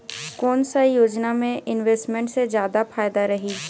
कोन सा योजना मे इन्वेस्टमेंट से जादा फायदा रही?